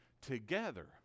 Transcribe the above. together